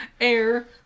Air